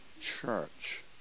church